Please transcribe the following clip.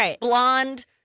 blonde